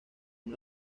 uno